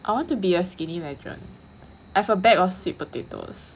I want to be a skinny legend I've a bag of sweet potatoes